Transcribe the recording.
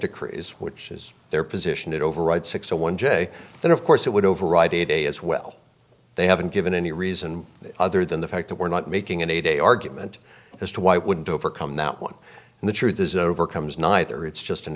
decrees which is their position that override six zero one j then of course that would override a day as well they haven't given any reason other than the fact that we're not making a day argument as to why it would overcome that one and the truth is overcomes neither it's just an